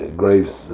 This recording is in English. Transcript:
graves